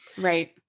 Right